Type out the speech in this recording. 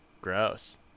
Gross